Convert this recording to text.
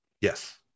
Yes